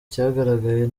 cyagaragaye